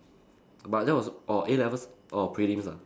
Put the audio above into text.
but that was orh A-levels orh prelims ah